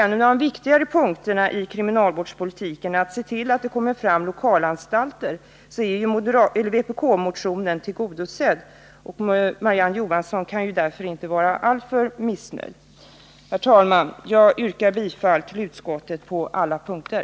Men en av de viktigaste uppgifterna för kriminalvårdspolitiken är att se till att det byggs flera lokalanstalter, och i det avseendet är ju vpk-motionen tillgodosedd, så Marie-Ann Johansson kan därför inte vara alltför missnöjd. Herr talman! Jag yrkar bifall till utskottets hemställan på alla punkter.